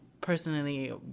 personally